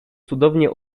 cudownie